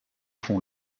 font